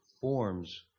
forms